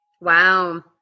Wow